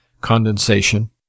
condensation